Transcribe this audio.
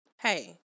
hey